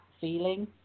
feeling